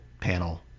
panel